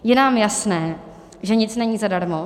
Je nám jasné, že nic není zadarmo.